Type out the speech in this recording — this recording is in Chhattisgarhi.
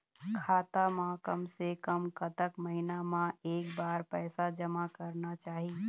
खाता मा कम से कम कतक महीना मा एक बार पैसा जमा करना चाही?